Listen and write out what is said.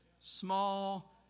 small